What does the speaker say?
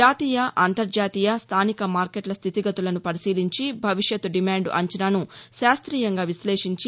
జాతీయ అంతర్జాతీయ స్థానిక మార్కెట్ల స్థితిగతులను పరిశీలించి భవిష్యత్ డిమాండ్ అంచనాను శాస్ట్రీయంగా విశ్లేషించి